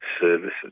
services